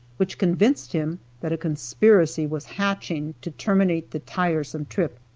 which convinced him that a conspiracy was hatching to terminate the tiresome trip,